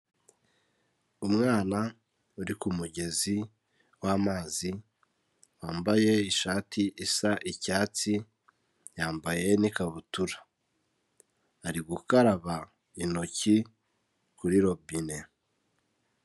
Umwana uri ku mugezi w'amazi, wambaye ishati isa icyatsi, yambaye n'ikabutura. Ari gukaraba intoki. kuri robine.